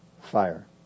fire